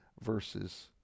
verses